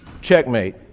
Checkmate